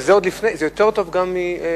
זה יותר טוב גם מפליט.